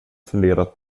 funderat